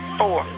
four